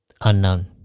Unknown